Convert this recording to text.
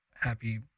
happy